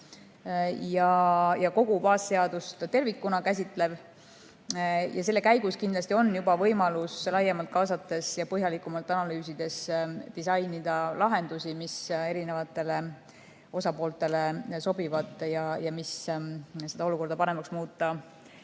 ja kogu baasseadust tervikuna käsitlev. Selle [koostamise] käigus on kindlasti juba võimalus laiemalt kaasates ja põhjalikumalt analüüsides disainida lahendusi, mis osapooltele sobivad ja mis seda olukorda paremaks muuta